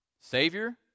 Savior